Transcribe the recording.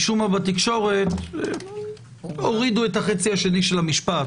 משום מה בתקשורת הורידו את החצי השני של המשפט.